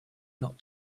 not